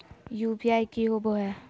UPI की होबो है?